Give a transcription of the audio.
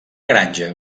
granja